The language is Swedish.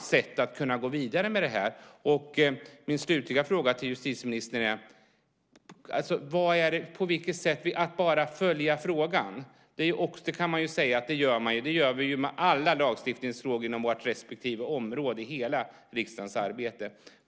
sätt att kunna gå vidare med det här. Jag har en slutlig fråga till justitieministern. Han talar om att följa frågan. På vilket sätt då? Det kan man ju säga att man gör; det gör vi med alla lagstiftningsfrågor på våra respektive områden i hela riksdagens arbete.